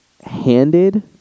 handed